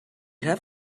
have